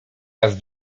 raz